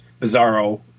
Bizarro